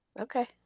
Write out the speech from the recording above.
okay